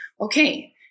okay